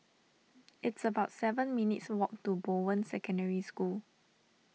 it's about seven minutes' walk to Bowen Secondary School